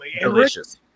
delicious